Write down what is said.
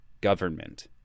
government